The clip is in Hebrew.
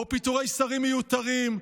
לא פיטורי שרים מיותרים.